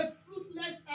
fruitless